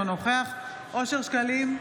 אינו נוכח אושר שקלים,